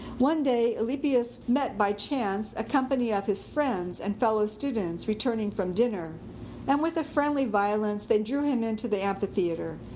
one day alypius met, by chance, a company of his friends and fellow students returning from dinner and, with a friendly violence, they drew him into the amphitheater,